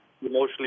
emotionally